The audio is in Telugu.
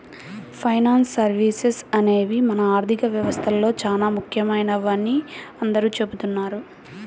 ఫైనాన్స్ సర్వీసెస్ అనేవి మన ఆర్థిక వ్యవస్థలో చానా ముఖ్యమైనవని అందరూ చెబుతున్నారు